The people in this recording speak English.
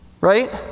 Right